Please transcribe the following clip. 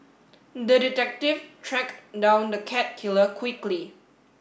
the detective tracked down the cat killer quickly